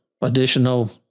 additional